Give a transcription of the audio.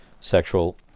sexual